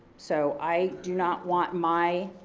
so i do not want my